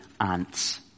ants